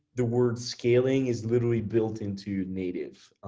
the words scaling is literally built into native.